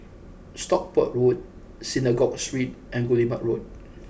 Stockport Road Synagogue Street and Guillemard Road